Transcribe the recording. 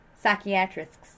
psychiatrists